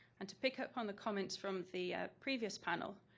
and to pick up on the comments from the previous panel,